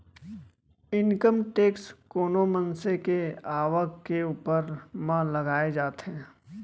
income tax कोनो मनसे के आवक के ऊपर म लगाए जाथे